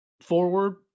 forward